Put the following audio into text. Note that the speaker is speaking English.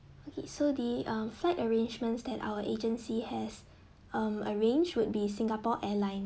okay so the um flight arrangements that our agency has um arrange would be singapore airline